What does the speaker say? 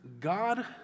God